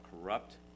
corrupt